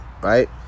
right